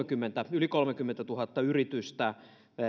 yli kolmekymmentätuhatta yritystä